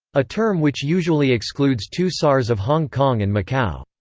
a term which usually excludes two sars of hong kong and macau.